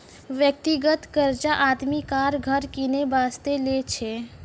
व्यक्तिगत कर्जा आदमी कार, घर किनै बासतें लै छै